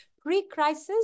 pre-crisis